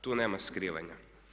Tu nema skrivanja.